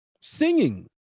singing